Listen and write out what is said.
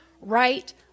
Right